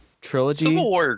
trilogy